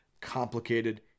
complicated